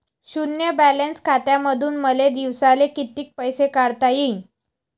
शुन्य बॅलन्स खात्यामंधून मले दिवसाले कितीक पैसे काढता येईन?